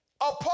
Apart